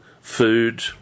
food